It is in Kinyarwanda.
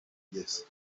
ngeso